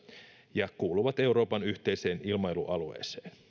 ja kuuluvat euroopan yhteiseen ilmailualueeseen